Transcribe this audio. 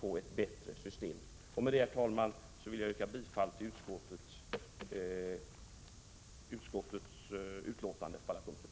Med detta, herr talman, yrkar jag bifall till utskottets hemställan på alla punkter.